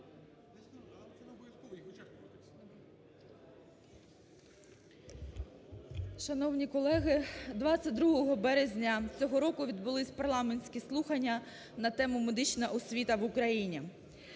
Шановні колеги! 22 березня цього року відбулись парламентські слухання на тему: "Медична освіта в Україні".